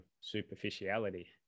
superficiality